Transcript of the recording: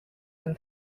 than